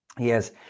Yes